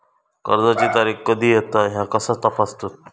कर्जाची तारीख कधी येता ह्या कसा तपासतत?